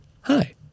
Hi